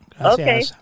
Okay